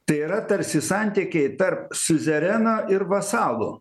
tai yra tarsi santykiai tarp siuzereno ir vasalų